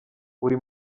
uri